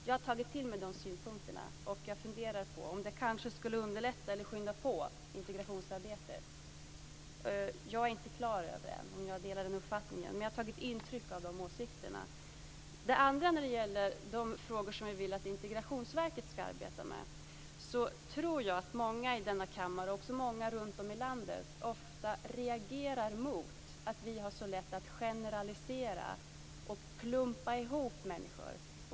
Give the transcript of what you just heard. Jag har tagit till mig synpunkterna och funderar på om det kanske skulle underlätta eller skynda på integrationsarbetet. Jag är ännu inte klar över om jag delar den uppfattningen, men jag har tagit intryck av åsikterna. När det gäller de frågor som vi vill att Integrationsverket ska arbeta med, tror jag att många i denna kammare och också många runtom i landet ofta reagerar mot att det är så lätt att generalisera och klumpa ihop människor.